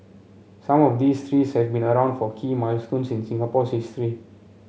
some of these trees have been around for key milestones in Singapore's history